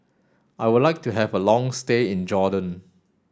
I would like to have a long stay in Jordan